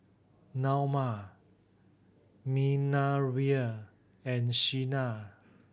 Naoma Minervia and Sina